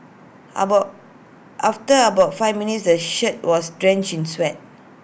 about after about five minutes the shirt was drenched sweat